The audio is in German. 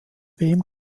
wem